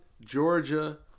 Georgia